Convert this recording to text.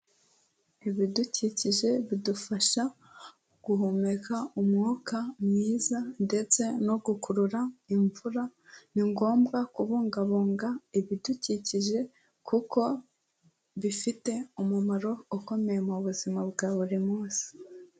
Ibidukikije bidufasha guhumeka umwuka mwiza, ndetse no gukurura imvura, ni ngombwa kubungabunga ibidukikije kuko bifite umumaro ukomeye mu buzima bwa buri munsi.